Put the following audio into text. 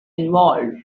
involved